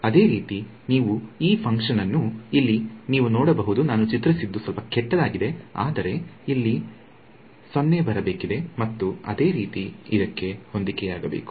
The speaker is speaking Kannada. ಅದೇ ರೀತಿ ನೀವು ಈ ಫಂಕ್ಷನ್ ಅನ್ನು ಇಲ್ಲಿ ನೀವು ನೋಡಬಹುದು ನಾನು ಚಿತ್ರಿಸಿದ್ದು ಸ್ವಲ್ಪ ಕೆಟ್ಟದಾಗಿದೆ ಆದರೆ ಇಲ್ಲಿ 0 ಬರಬೇಕಿದೆ ಮತ್ತು ಅದೇ ರೀತಿ ಇದಕ್ಕೆ ಹೊಂದಿಕೆಯಾಗಬೇಕು